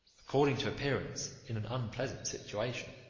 according to appearance, in an unpleasant situation.